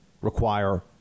require